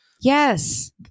Yes